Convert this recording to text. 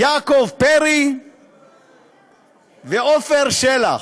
יעקב פרי ועפר שלח.